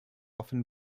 often